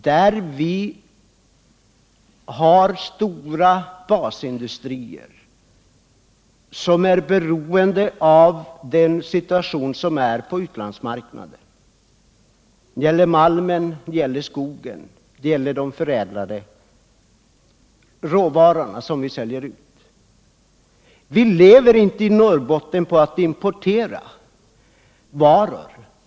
Där har vi stora basindustrier, som är beroende av den situation som råder på utlandsmarknaden. Det gäller malm och skog, det gäller de förädlade råvarorna, som vi säljer ut. Vi i Norrbotten lever inte på att importera varor.